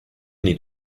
need